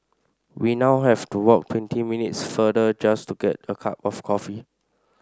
we now have to walk twenty minutes farther just to get a cup of coffee